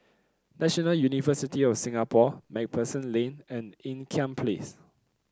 National University of Singapore MacPherson Lane and Ean Kiam Place